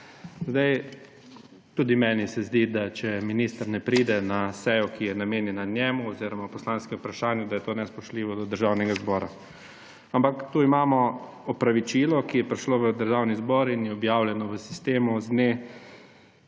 Tudi meni se zdi, da če minister ne pride na sejo, ki je namenjena njemu oziroma poslanskem vprašanju, da je to nespoštljivo do Državnega zbora, ampak tu imamo opravičilo, ki je prišlo v Državni zbor in je objavljeno v sistemu z dne